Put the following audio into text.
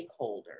stakeholders